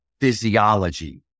physiology